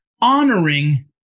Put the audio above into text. honoring